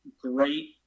great